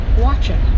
watching